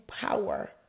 power